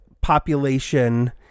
population